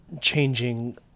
changing